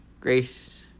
grace